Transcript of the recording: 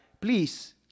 please